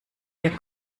ihr